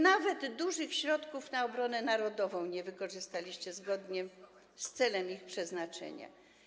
Nawet dużych środków na obronę narodową nie wykorzystaliście zgodnie z celem ich przeznaczenia.